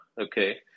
Okay